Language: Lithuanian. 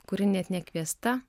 kuri net nekviesta